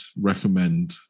recommend